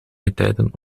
getijden